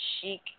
chic